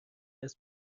دست